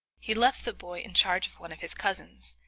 he left the boy in charge of one of his cousins,